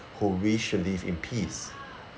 who wish to live in peace